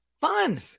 Fun